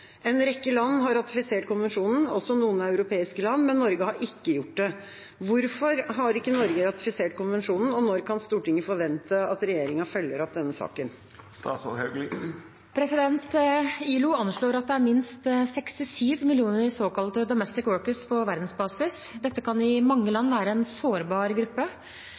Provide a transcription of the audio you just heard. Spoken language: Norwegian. En rekke land har ratifisert konvensjonen, også noen europeiske land, men Norge har ikke gjort dette. Hvorfor har ikke Norge ratifisert konvensjonen, og når kan Stortinget forvente at regjeringen følger opp denne saken?» ILO anslår at det er minst 67 millioner såkalte «domestic workers» på verdensbasis. Dette kan i mange land være en sårbar gruppe.